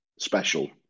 special